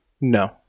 No